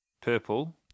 purple